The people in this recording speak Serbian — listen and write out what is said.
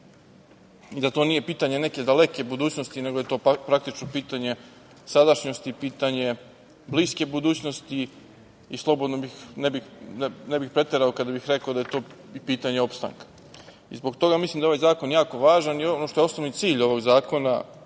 i da to nije pitanje neke daleke budućnosti, nego je to, praktično, pitanje sadašnjosti, pitanje bliske budućnosti. Ne bih preterao kada bih rekao da je to pitanje opstanka i zbog toga mislim da je ovaj zakon jako važan. Ono što je osnovni cilj ovog zakona